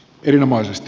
erinomaisesti